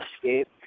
escape